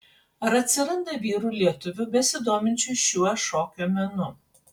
ar atsiranda vyrų lietuvių besidominčių šiuo šokio menu